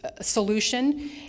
solution